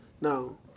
Now